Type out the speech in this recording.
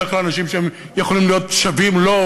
בדרך כלל אנשים שהם יכולים להיות שווים לו,